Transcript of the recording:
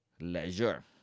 leisure